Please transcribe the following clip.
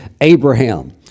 Abraham